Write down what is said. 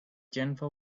jennifer